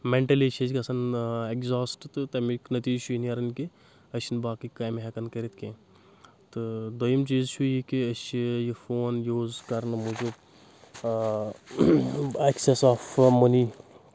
mentally چھِ أسۍ گژھان اؠگزاسٹ تہٕ تَمِکۍ نٔتیٖج چھُ یہِ نیرَان کہِ أسۍ چھِنہٕ باقٕے کامہِ ہؠکان کٔرِتھ کینٛہہ تہٕ دٔویِم چیٖز چھُ یہِ کہِ أسۍ چھِ یہِ فون یوٗز کرنہٕ موٗجوٗب آ ایٚکسیس آف مٔنی